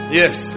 yes